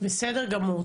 בסדר גמור.